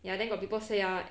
ya then got people say ah